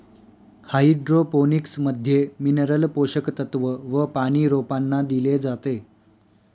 hydroponics मध्ये mineral पोषक तत्व व पानी रोपांना दिले जाते